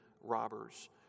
robbers